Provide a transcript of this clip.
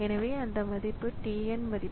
எனவே அந்த மதிப்பு t n மதிப்பு